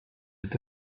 with